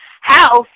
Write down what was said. house